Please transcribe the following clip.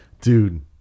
Dude